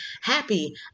happy